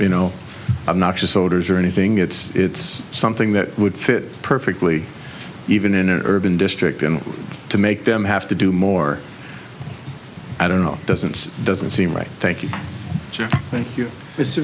been no i'm not to soldiers or anything it's it's something that would fit perfectly even in an urban district and to make them have to do more i don't know doesn't doesn't seem right thank you thank you it's a